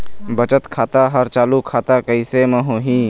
बचत खाता हर चालू खाता कैसे म होही?